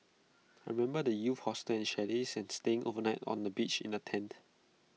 I remember the youth hostels chalets and staying overnight on the beach in A tent